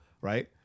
right